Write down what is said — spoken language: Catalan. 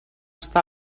està